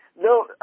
No